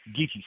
geeky